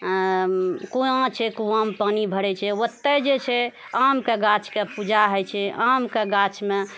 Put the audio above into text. कुँआ छै कुँआमे पानि भरै छिऐ ओतै जे छै आमके गाछके पूजा होइत छै आमके गाछमे